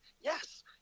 yes